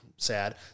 sad